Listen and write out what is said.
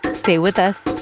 stay with us